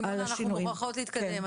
סימונה, אנחנו מוכרחות להתקדם.